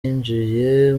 yinjiye